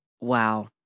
Wow